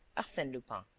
arsene lupin.